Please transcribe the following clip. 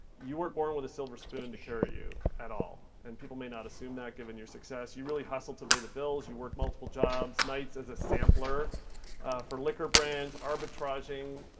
you weren't born with a silver spoon to carry you at all. and people may not assume that, given your success. you really hustled to pay the bills. you worked multiple jobs, nights as a sampler for liquor brands, arbitraging,